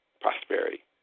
prosperity